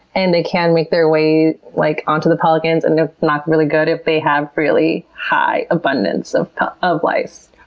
and they can make their ways like onto the pelicans. and it's not really good if they have really high abundance of of lice.